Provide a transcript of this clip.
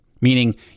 Meaning